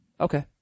Okay